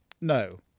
No